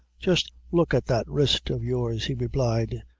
jest look at that wrist of yours, he replied,